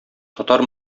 татар